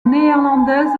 néerlandaise